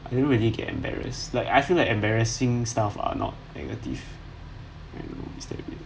I don't really get embarrassed like I feel like embarrassing stuffs are not negative I know who is that is